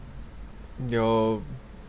your